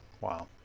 Wow